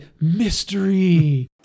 Mystery